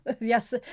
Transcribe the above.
yes